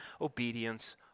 Obedience